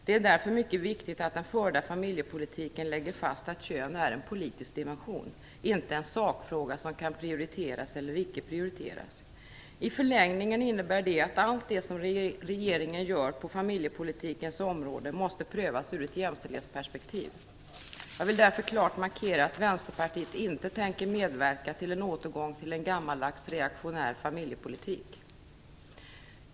Det är därför mycket viktigt att den förda familjepolitiken lägger fast att kön är en politisk dimension, inte en sakfråga som kan prioriteras eller icke prioriteras. I förlängningen innebär det att allt det som regeringen gör på familjepolitikens område måste prövas ur ett jämställdhetsperspektiv. Jag vill därför klart markera att Vänsterpartiet inte tänker medverka till en återgång till en gammaldags, reaktionär familjepolitik.